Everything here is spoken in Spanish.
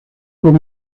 con